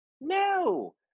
No